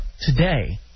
today